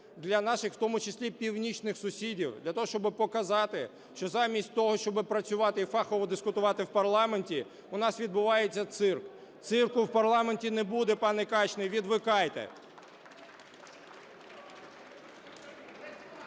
для наших в тому числі північних сусідів. Для того, щоб показати, що замість того, щоб працювати і фахово дискутувати в парламенті, у нас відбувається цирк. Цирку в парламенті не буде, пане Качний, відвикайте.